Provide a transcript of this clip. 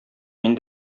мин